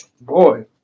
boy